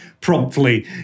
promptly